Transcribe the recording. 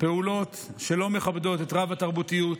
פעולות שלא מכבדות את הרב-תרבותיות,